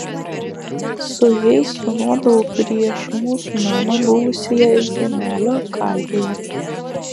su jais tūnodavau prieš mūsų namą buvusioje ziemelio kalvėje